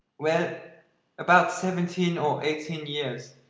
well about seventeen or eighteen years.